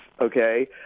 okay